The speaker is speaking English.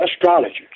astrologers